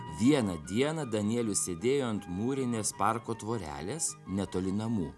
vieną dieną danielius sėdėjo ant mūrinės parko tvorelės netoli namų